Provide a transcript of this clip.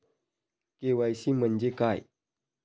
KYC म्हंजे काय?